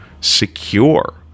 secure